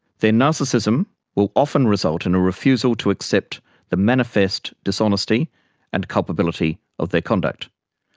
their narcissism will often result in a refusal to accept the manifest dishonesty and culpability of their conduct.